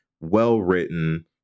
well-written